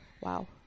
Wow